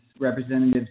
representatives